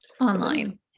online